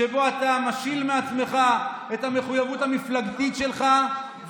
שבו אתה משיל מעצמך את המחויבות המפלגתית שלך,